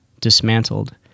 dismantled